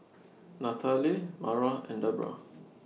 Nathaly Mara and Debrah